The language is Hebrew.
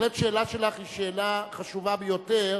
בהחלט השאלה שלך היא שאלה חשובה ביותר,